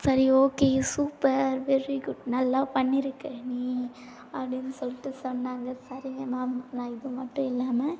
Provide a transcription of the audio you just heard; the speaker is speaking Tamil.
சரி ஓகே சூப்பர் வெரி குட் நல்லா பண்ணியிருக்க நீ அப்படின்னு சொல்லிட்டு சொன்னாங்க சரிங்க மேம் நான் இதுமட்டுயில்லாமல்